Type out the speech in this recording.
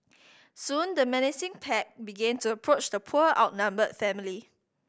soon the menacing pack began to approach the poor outnumbered family